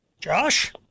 Josh